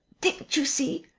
didn't you see.